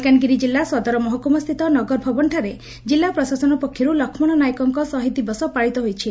ମାଲକାନଗିରି ଜିଲ୍ଲା ସଦର ମହକୁମା ସ୍ଛିତ ନଗର ଭବନଠାରେ ଜିଲ୍ଲା ପ୍ରଶାସନ ପକ୍ଷରୁ ଲକ୍ଷଣ ନାଏକଙ୍କ ଶହୀଦ୍ ଦିବସ ପାଳିତ ହୋଇଯାଇଛି